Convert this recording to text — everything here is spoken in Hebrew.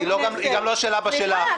היא גם לא של אבא שלך.